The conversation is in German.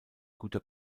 guter